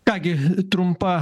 ką gi trumpa